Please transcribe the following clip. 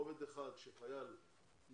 רובד אחד הוא שחייל משוחרר